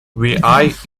pronounced